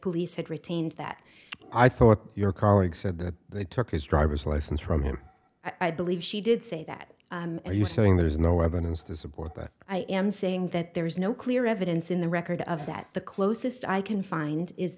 police had retained that i thought your colleague said that they took his driver's license from him i believe she did say that are you saying there is no evidence to support that i am saying that there is no clear evidence in the record of that the closest i can find is